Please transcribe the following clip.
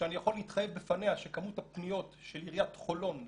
שאני יכול להתחייב בפניה שכמות הפניות של עיריית חולון,